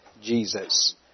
Jesus